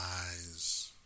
eyes